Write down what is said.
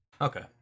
okay